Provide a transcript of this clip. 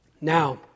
Now